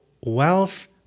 wealth